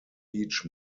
each